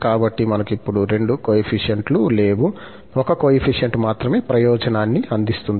కాబట్టి మనకు ఇప్పుడు రెండు కోయెఫిషియంట్ లు లేవు ఒక కోయెఫిషియంట్ మాత్రమే ప్రయోజనాన్ని అందిస్తోంది